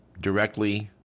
directly